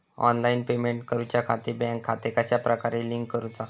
Online payment करुच्याखाती bank खाते कश्या प्रकारे लिंक करुचा?